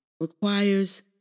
requires